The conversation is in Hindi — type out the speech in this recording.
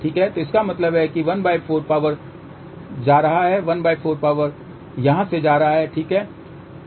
तो इसका मतलब है कि ¼ जा रहा है ¼ यहाँ से जा रहा है ठीक है